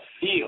feel